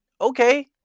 Okay